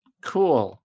Cool